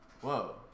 whoa